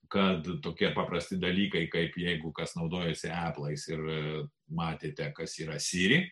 kad tokie paprasti dalykai kaip jeigu kas naudojasi eplais ir matėte kas yra siri